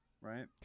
Right